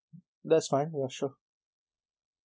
that's fine ya sure